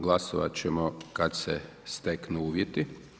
Glasovati ćemo kada se steknu uvjeti.